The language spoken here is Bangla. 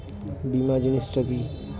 বীমা জিনিস টা কি?